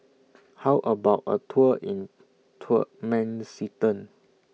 How about A Tour in Turkmenistan